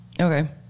Okay